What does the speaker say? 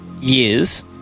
years